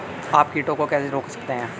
आप कीटों को कैसे रोक सकते हैं?